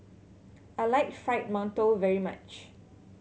I like Fried Mantou very much